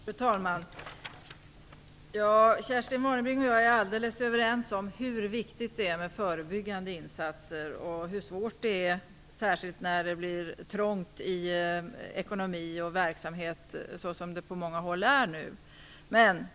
Fru talman! Kerstin Warnerbring och jag är alldeles överens om hur viktigt det är med förebyggande insatser och hur svårt detta är - särskilt när det blir trångt i ekonomi och verksamhet, och så är det ju nu på många håll.